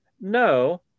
no